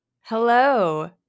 hello